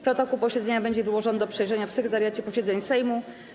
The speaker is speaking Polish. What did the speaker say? Protokół posiedzenia będzie wyłożony do przejrzenia w Sekretariacie Posiedzeń Sejmu.